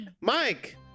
Mike